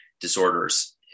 disorders